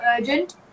urgent